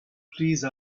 please